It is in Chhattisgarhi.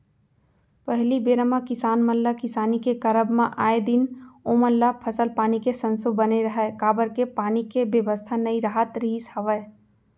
पहिली बेरा म किसान मन ल किसानी के करब म आए दिन ओमन ल फसल पानी के संसो बने रहय काबर के पानी के बेवस्था नइ राहत रिहिस हवय